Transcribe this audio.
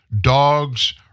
dogs